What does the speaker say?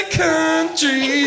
country